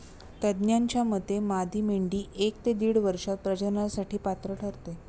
तज्ज्ञांच्या मते मादी मेंढी एक ते दीड वर्षात प्रजननासाठी पात्र ठरते